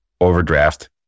overdraft